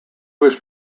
was